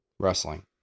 wrestling